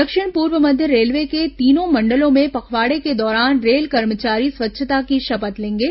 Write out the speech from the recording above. दक्षिण पूर्व मध्य रेलवे के तीनों मंडलों में पखवाड़े के दौरान रेल कर्मचारी स्वच्छता की शपथ लेंगे